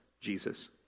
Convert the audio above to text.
Jesus